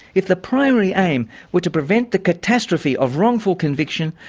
if the primary aim were to prevent the catastrophe of wrongful conviction,